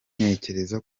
ntekereza